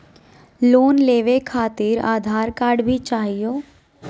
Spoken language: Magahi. लोन लेवे खातिरआधार कार्ड भी चाहियो?